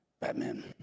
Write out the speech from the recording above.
Batman